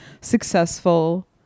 successful